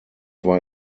war